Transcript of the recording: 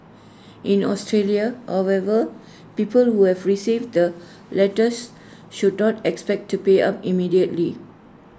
in Australia however people who have received the letters should not expect to pay up immediately